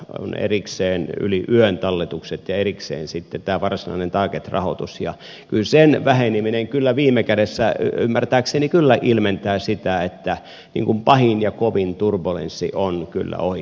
on erikseen yli yön talletukset ja erikseen sitten tämä varsinainen target rahoitus ja sen väheneminen viime kädessä ymmärtääkseni kyllä ilmentää sitä että pahin ja kovin turbulenssi on kyllä ohi